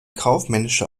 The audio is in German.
kaufmännische